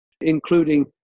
including